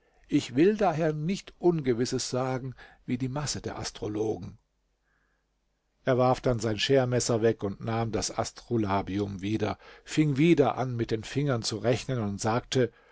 ich will daher nicht ungewisses sagen wie die masse der astrologen er warf dann sein schermesser weg und nahm das astrolabium wieder fing wieder an mit den fingern zu rechnen und sagte